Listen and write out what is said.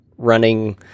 running